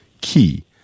key